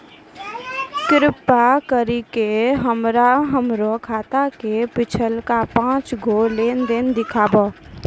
कृपा करि के हमरा हमरो खाता के पिछलका पांच गो लेन देन देखाबो